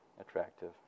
attractive